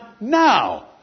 now